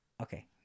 Okay